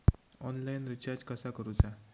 Online recharge कसा करूचा?